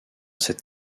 cette